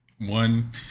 One